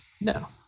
No